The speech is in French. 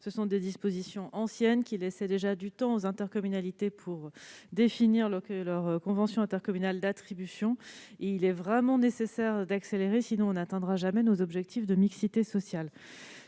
Il s'agit de dispositions anciennes, qui laissaient déjà du temps aux intercommunalités pour élaborer leurs conventions intercommunales d'attribution ; il est vraiment nécessaire d'accélérer, sinon nous n'atteindrons jamais nos objectifs de mixité sociale.